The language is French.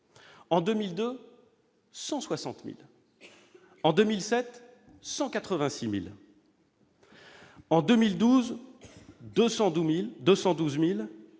en 2002, 160 000, en 2007, 186 000 et en 2012, 212 000